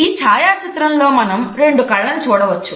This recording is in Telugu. ఈ ఛాయా చిత్రం లో మనం రెండు కళ్ళని చూడవచ్చు